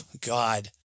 God